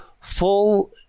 full